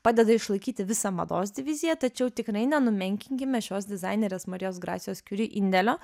padeda išlaikyti visą mados diviziją tačiau tikrai nenumenkinkime šios dizainerės marijos gracijos kiuri indėlio